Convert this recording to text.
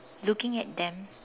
looking at them